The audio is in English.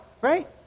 Right